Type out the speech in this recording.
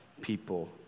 people